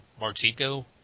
Martico